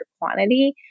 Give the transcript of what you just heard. quantity